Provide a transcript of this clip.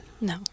No